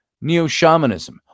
neo-shamanism